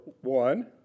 one